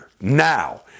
now